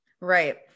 Right